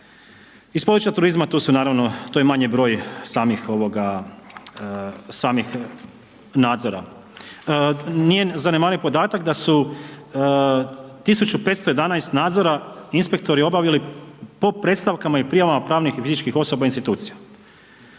Iz područja turizma tu su naravno, to je manji broj samih ovoga, samih nadzora. Nije zanemariv podatak da su 1.511 nadzora inspektori obavili po predstavkama i prijavama pravnih i fizičkih osoba institucija,